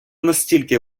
настільки